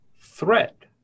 threat